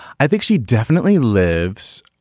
i think she definitely lives.